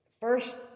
first